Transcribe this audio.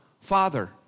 Father